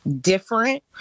different